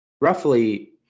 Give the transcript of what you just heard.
roughly